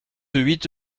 huit